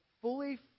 fully